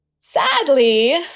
Sadly